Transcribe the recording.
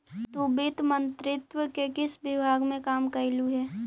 तु वित्त मंत्रित्व के किस विभाग में काम करलु हे?